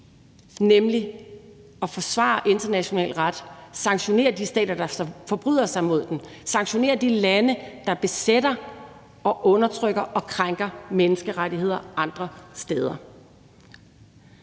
nemlig at forsvare international ret, sanktionere de stater, der forbryder sig mod den, og sanktionere de lande, der besætter og undertrykker og krænker menneskerettigheder andre steder.